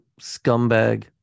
scumbag